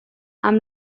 amb